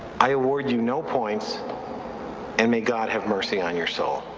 i award you no points and may god have mercy on your soul